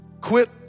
quit